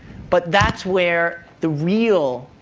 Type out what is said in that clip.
but that's where the real,